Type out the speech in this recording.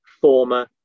former